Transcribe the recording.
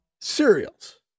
cereals